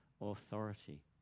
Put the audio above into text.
authority